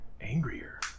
angrier